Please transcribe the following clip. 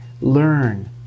learn